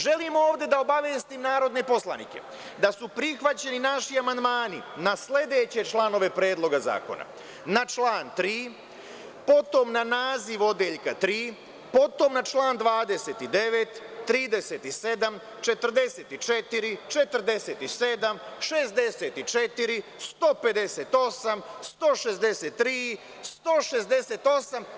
Želim da obavestim narodne poslanike da su prihvaćeni naši amandmani na sledeće članove Predloga zakona, na član 3. na naziv odeljka 3, na član 29, 37, 44, 47, 64, 158, 163, 168.